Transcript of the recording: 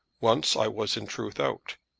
once i was in truth out.